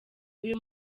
uyu